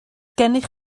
gennych